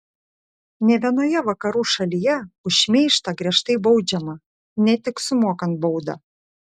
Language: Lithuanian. ne vienoje vakarų šalyje už šmeižtą griežtai baudžiama ne tik sumokant baudą